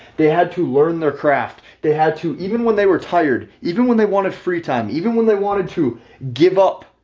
they had to learn their craft, they had to even when they were tired, even when they wanted free time, even when they wanted to give up.